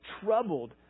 troubled